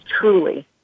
truly